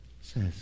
says